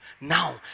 now